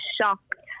shocked